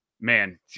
man